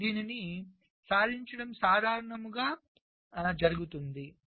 మరియు దీనిని సాధించడం సాధారణంగా జరుగుతుంది